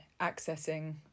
accessing